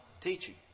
teaching